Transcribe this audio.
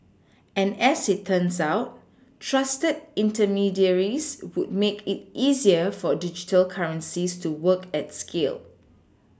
and as it turns out trusted intermediaries would make it easier for digital currencies to work at scale